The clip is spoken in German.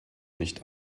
nicht